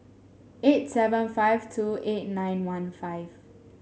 eight seven five two eight nine one five